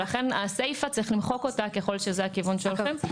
לכן את הסיפה צריך למחוק ככל שזה הכיוון שלכם,